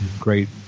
great